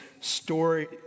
story